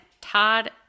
todd